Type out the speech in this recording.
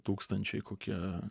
tūkstančiai kokie